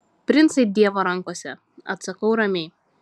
princai dievo rankose atsakau ramiai